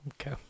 Okay